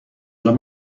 الان